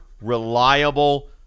reliable